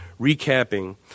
recapping